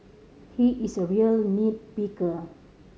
he is a real nit picker